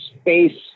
space